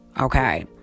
Okay